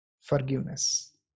Forgiveness